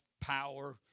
power